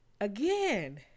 again